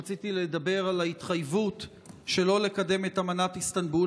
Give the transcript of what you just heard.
רציתי לדבר על ההתחייבות שלא לקדם את אמנת איסטנבול.